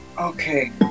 Okay